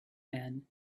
man